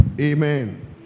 Amen